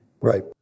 Right